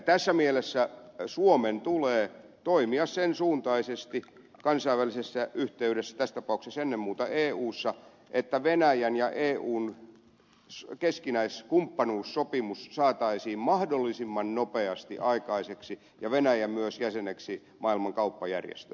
tässä mielessä suomen tulee toimia sen suuntaisesti kansainvälisessä yhteydessä tässä tapauksessa ennen muuta eussa että venäjän ja eun keskinäinen kumppanuussopimus saataisiin mahdollisimman nopeasti aikaiseksi ja venäjä myös jäseneksi maailman kauppajärjestöön